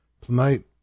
tonight